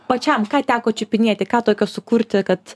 pačiam ką teko čiupinėti ką tokio sukurti kad